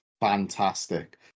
fantastic